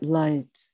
light